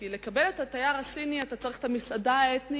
כי כדי לקבל את התייר הסיני אתה צריך את המסעדה האתנית,